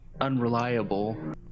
unreliable